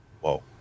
whoa